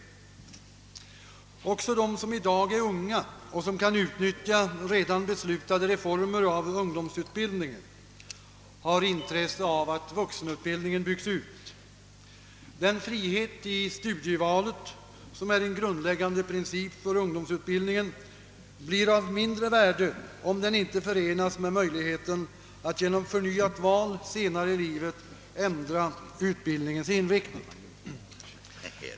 Också de som i dag är unga och kan utnyttja redan beslutade reformer i fråga om ungdomsutbildningen har intresse av att vuxenutbildningen byggs ut. Den frihet i studievalet som är en grundläggande princip för ungdomsutbildningen blir av mindre värde, om den inte förenas med möjligheten att genom förnyat val senare i livet ändra utbildningens inriktning.